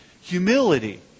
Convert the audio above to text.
Humility